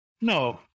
No